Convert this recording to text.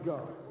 God